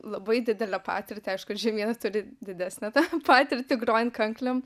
labai didelę patirtį aišku ir žemyna turi didesnę tą patirtį grojant kanklėm